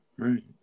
Right